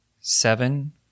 seven